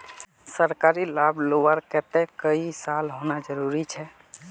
सरकारी लाभ लुबार केते कई साल होना जरूरी छे?